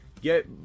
Get